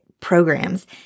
programs